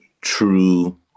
true